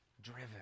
driven